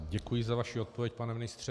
Děkuji za vaši odpověď, pane ministře.